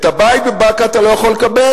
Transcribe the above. את הבית בבקעה אתה לא יכול לקבל,